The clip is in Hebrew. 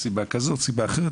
סיבה כזו, סיבה אחרת.